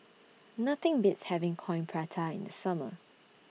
Nothing Beats having Coin Prata in The Summer